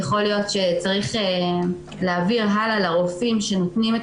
יכול להיות שצריך להעביר הלאה לרופאים שנותנים את